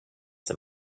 than